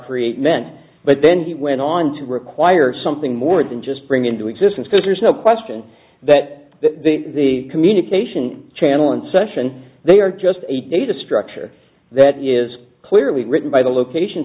create meant but then he went on to require something more than just bring into existence because there's no question that the communication channel in session they are just a data structure that is clearly written by the location